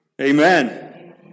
Amen